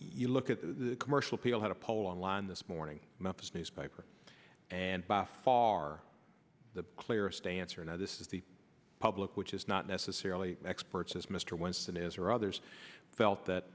you look at the commercial people had a poll online this morning about this newspaper and by far the clearest answer now this is the public which is not necessarily experts as mr winston is or others felt that